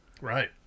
Right